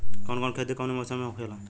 कवन कवन खेती कउने कउने मौसम में होखेला?